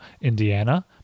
Indiana